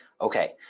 Okay